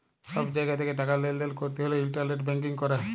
ছব জায়গা থ্যাকে টাকা লেলদেল ক্যরতে হ্যলে ইলটারলেট ব্যাংকিং ক্যরে